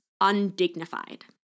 undignified